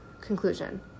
Conclusion